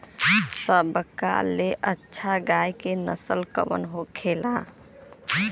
सबका ले अच्छा गाय के नस्ल कवन होखेला?